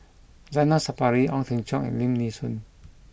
Zainal Sapari Ong Teng Cheong and Lim Nee Soon